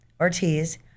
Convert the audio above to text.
Ortiz